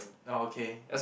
orh okay